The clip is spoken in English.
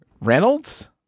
Reynolds